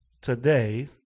today